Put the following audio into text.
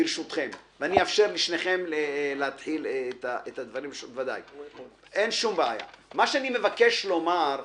ברשותכם ואאפשר לשניכם לדבר אני מבקש לומר,